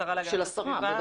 השרה להגנת הסביבה.